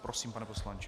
Prosím, pane poslanče.